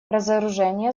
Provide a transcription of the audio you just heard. разоружение